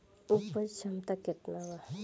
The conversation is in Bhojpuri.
उपज क्षमता केतना वा?